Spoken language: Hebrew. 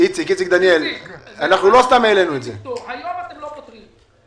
היום אתם לא פותרים.